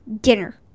dinner